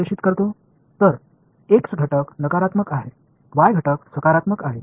तर एक्स घटक नकारात्मक आहे y घटक सकारात्मक आहे